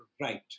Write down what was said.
right